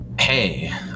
Hey